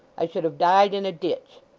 i should have died in a ditch.